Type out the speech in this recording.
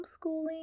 homeschooling